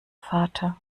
vater